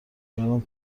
برام